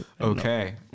Okay